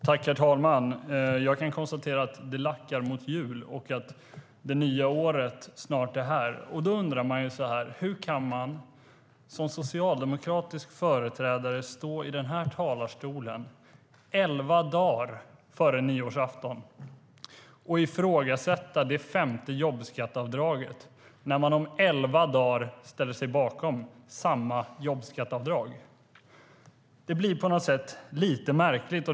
Herr talman! Jag kan konstatera att det lackar mot jul och att det nya året snart är här. Då undrar man: Hur kan man, som socialdemokratisk företrädare, stå i den här talarstolen elva dagar före nyårsafton och ifrågasätta det femte jobbskatteavdraget när man om elva dagar ställer sig bakom samma jobbskatteavdrag? Det blir lite märkligt.